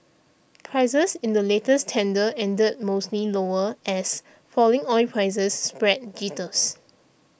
prices in the latest tender ended mostly lower as falling oil prices spread jitters